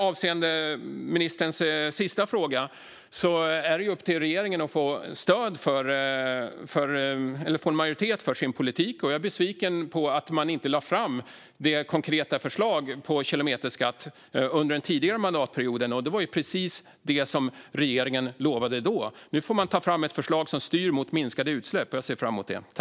Avseende ministerns sista fråga är det ju upp till regeringen att få majoritet för sin politik. Jag är besviken på att man inte lade fram det konkreta förslaget om kilometerskatt under den tidigare mandatperioden. Det var precis det som regeringen lovade då. Nu får man ta fram ett förslag som styr mot minskade utsläpp, och jag ser fram emot det.